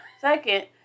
Second